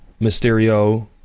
mysterio